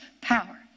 power